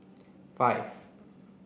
five